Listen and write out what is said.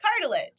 Cartilage